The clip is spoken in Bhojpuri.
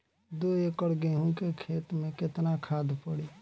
दो एकड़ गेहूँ के खेत मे केतना खाद पड़ी?